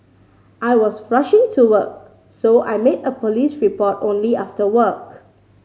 I was rushing to work so I made a police report only after work